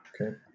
Okay